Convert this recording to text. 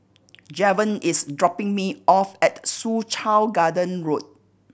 Javon is dropping me off at Soo Chow Garden Road